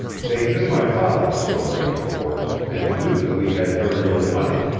they knew my father's story, of course, and knew that we had very little money.